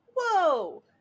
Whoa